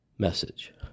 message